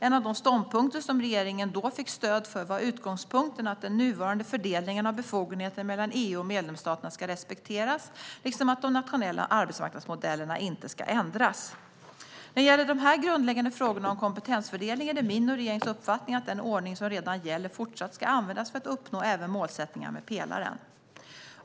En av de ståndpunkter som regeringen då fick stöd för var utgångspunkten att den nuvarande fördelningen av befogenheter mellan EU och medlemsstaterna ska respekteras, liksom att de nationella arbetsmarknadsmodellerna inte ska ändras. När det gäller de grundläggande frågorna om kompetensfördelning är det min och regeringens uppfattning att den ordning som redan gäller fortsatt ska användas för att uppnå även målsättningarna med pelaren.